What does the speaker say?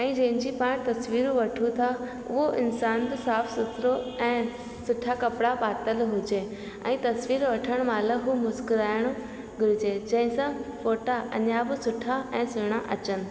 ऐं जंहिंजी पाण तस्वीर वठूं था उहे इंसान बि साफ़ु सुथिरो ऐं सुठा कपिड़ा पातलु हुजे ऐं तस्वीर वठणु महिल हू मुस्कुराइण घुरिजे जंहिंसां फ़ोटा अञा बि सुठा ऐं सुहिणा अचनि